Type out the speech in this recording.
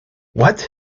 what